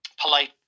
polite